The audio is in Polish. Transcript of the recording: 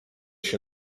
się